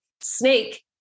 snake